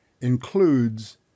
includes